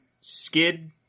skid